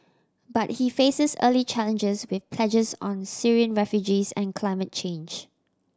but he faces early challenges with pledges on Syrian refugees and climate change